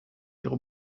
ihre